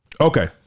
Okay